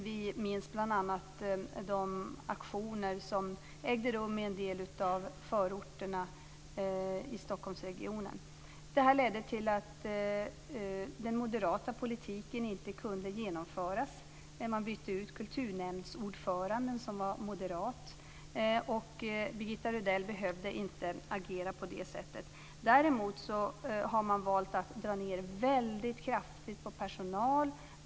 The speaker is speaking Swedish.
Vi minns bl.a. de aktioner som ägde rum i en del av förorterna i Stockholmsregionen. Detta ledde till att den moderata politiken inte kunde genomföras. Man bytte ut kulturnämndens ordförande som var moderat. Birgitta Rydell behövde inte agera på det sättet. Däremot har man valt att kraftigt dra ned på personal.